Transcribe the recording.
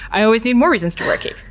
i always need more reasons to wear a cape.